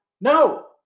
No